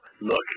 look